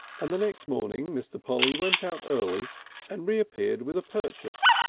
and the next morning mr. polly went out early and reappeared with a purchase,